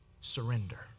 surrender